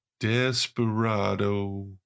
Desperado